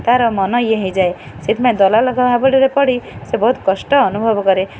ତାର ମନ ଇଏ ହେଇଯାଏ ସେଥିପାଇଁ ଦଲାଲଙ୍କ ହାବୁଡ଼ରେ ପଡ଼ି ସେ ବହୁତ କଷ୍ଟ ଅନୁଭବ କରେ